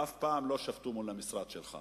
ואף פעם לא שבתו מול המשרד שלך.